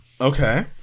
Okay